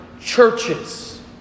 churches